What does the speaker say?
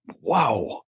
Wow